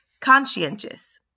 Conscientious